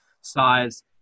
size